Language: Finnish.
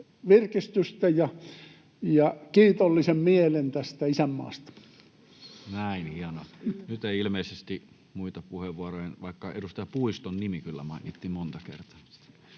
virkistystä ja kiitollisen mielen tästä isänmaasta. Näin, hienoa. — Nyt ei ilmeisesti ole muita puheenvuoroja, vaikka edustaja Puiston nimi kyllä mainittiin monta kertaa.